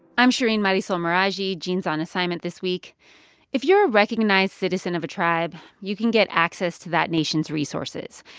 i'm shereen marisol meraji. gene's on assignment this week if you're a recognized citizen of a tribe, you can get access to that nation's resources.